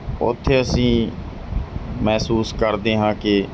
ਉੱਥੇ ਅਸੀਂ ਮਹਿਸੂਸ ਕਰਦੇ ਹਾਂ ਕਿ